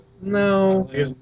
No